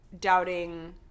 Doubting